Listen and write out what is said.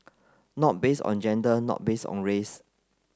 not based on gender not based on race